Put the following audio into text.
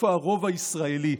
איפה הרוב הישראלי?